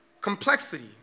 complexity